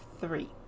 three